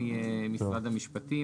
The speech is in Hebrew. התשכ"ט-1969,